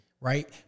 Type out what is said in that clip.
right